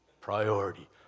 Priority